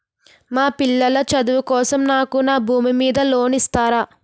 మా పిల్లల చదువు కోసం నాకు నా భూమి మీద లోన్ ఇస్తారా?